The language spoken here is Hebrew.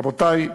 רבותי,